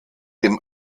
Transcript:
dem